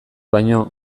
baino